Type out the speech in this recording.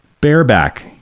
bareback